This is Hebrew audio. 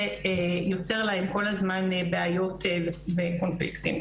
יוצר להם כל הזמן בעיות וקונפליקטים.